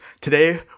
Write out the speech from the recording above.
today